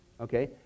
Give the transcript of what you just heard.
Okay